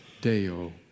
Deo